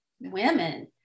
women